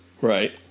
right